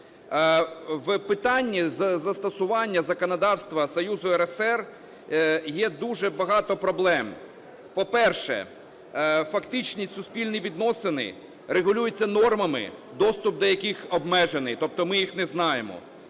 В питанні застосування законодавства Союзу РСР є дуже багато проблем. По-перше, фактичні суспільні відносини регулюються нормами, доступ до яких обмежений, тобто ми їх не знаємо.